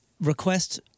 request